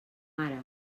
ara